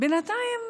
בינתיים